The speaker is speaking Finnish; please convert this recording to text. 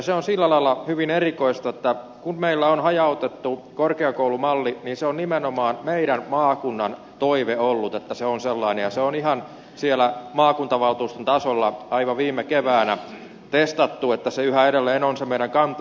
se on sillä lailla hyvin erikoista että kun meillä on hajautettu korkeakoulumalli niin se on nimenomaan meidän maakuntamme toive ollut että se on sellainen ja se on ihan siellä maakuntavaltuuston tasolla aivan viime keväänä testattu että se yhä edelleen on se meidän kantamme